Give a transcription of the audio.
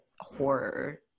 horror